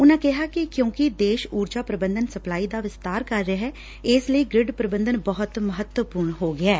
ਉਨਾਂ ਕਿਹਾ ਕਿ ਕਿਉਂਕਿ ਦੇਸ਼ ੂੂਰਜਾ ਪੂਬੰਧਨ ਸਪਲਾਈ ਦਾ ਵਿਸਤਾਰ ਕਰ ਰਿਹੈ ਇਸ ਲਈ ਗਿ੍ਰਡ ਪੁਬੰਧਨ ਬਹੁਤ ਮੱਹਤਵਪੁਰਨ ਹੋ ਗਿਐ